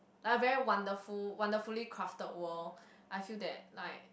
like a wonderful wonderfully crafted world I feel that like